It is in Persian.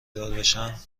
داربشم